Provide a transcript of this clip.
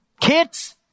Kids